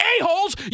a-holes